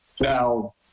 now